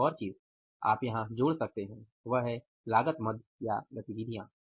एक और चीज आप यहां जोड़ सकते हैं वह है लागत मदगतिविधियां